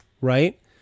right